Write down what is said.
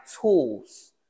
tools